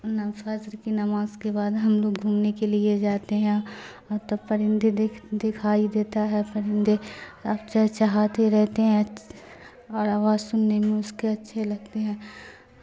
ن سصر کی نماز کے بعد ہم لوگ گھومنے کے لیے جاتے ہیں اور تب پرندے دھ دکھائی دیتا ہے پرندے آ چھاتتےے رہتے ہیں اور آواز سننے میں اس کے اچھے لگتے ہیں